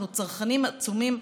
אנחנו צרכנים עצומים,